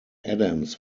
adams